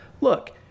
look